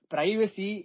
Privacy